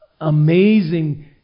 amazing